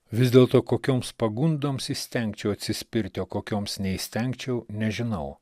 vis dėlto kokioms pagundoms įstengčiau atsispirti o kokioms neįstengčiau nežinau